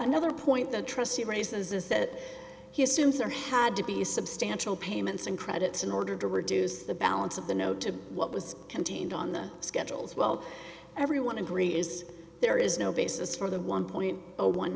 another point the trustee raises is that he assumes there had to be a substantial payments and credits in order to reduce the balance of the no to what was contained on the schedules well everyone agree is there is no basis for the one point zero one